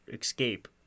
escape